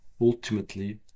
ultimately